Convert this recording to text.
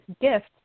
gift